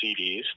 CDs